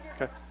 okay